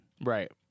Right